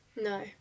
No